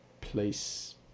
place